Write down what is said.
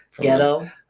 ghetto